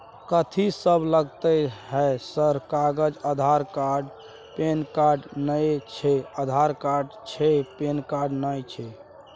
कथि सब लगतै है सर कागज आधार कार्ड पैन कार्ड नए छै आधार कार्ड छै पैन कार्ड ना छै?